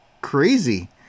crazy